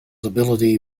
ability